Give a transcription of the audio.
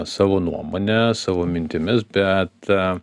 savo nuomone savo mintimis bet